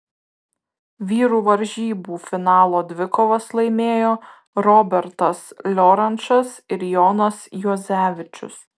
vyrų varžybų finalo dvikovas laimėjo robertas liorančas ir jonas juozevičius